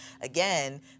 Again